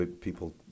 people